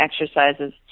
exercises